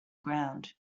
ground